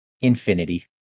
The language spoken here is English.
infinity